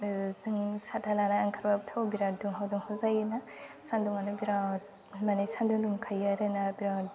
जोङो साथा लाना ओंखारब्लाबोथ' बिराद दुंहाव दुंहाव जायो सान्दुङानो बिराद माने सान्दुं दुंखायो आरो ना बिराद